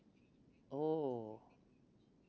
oh